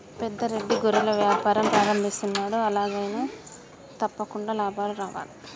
పెద్ద రెడ్డి గొర్రెల వ్యాపారం ప్రారంభిస్తున్నాడు, ఎలాగైనా తప్పకుండా లాభాలు రావాలే